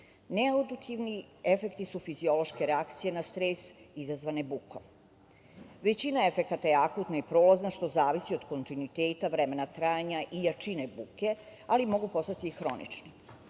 Ne auditivni efekti su fiziološke reakcije na stres izazvane bukom. Većina efekata je akutna i prolazna, što zavisi od kontinuiteta vremena trajanja i jačine buke, ali mogu postati i hronični. Ovi